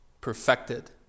perfected